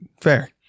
Fair